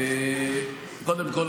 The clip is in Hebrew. קודם כול,